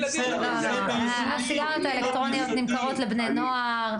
הסיגריות האלקטרוניות נמכרות לבני נוער.